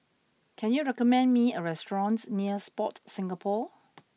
can you recommend me a restaurant near Sport Singapore